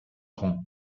grand